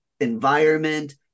environment